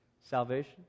salvation